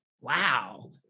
wow